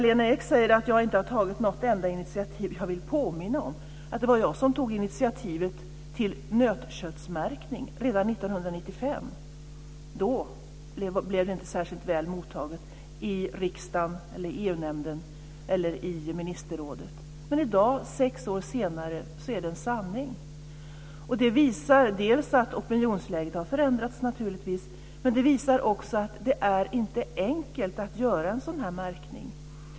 Lena Ek säger att jag inte har tagit något enda initiativ. Jag vill påminna om att det var jag som tog initiativet till nötköttsmärkning redan år 1995. Då blev det inte särskilt väl mottaget i riksdagen, i EU nämnden eller i ministerrådet. Men i dag, sex år senare, är det en sanning. Det visar naturligtvis att opinionsläget har förändrats. Men det visar också att det inte är enkelt att göra en sådan märkning.